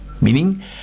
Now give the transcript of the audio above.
Meaning